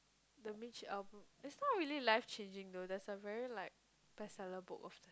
the Mitch-Albom it's not really life changing though that's a very like bestseller book of the